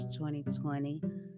2020